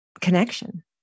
connection